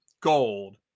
gold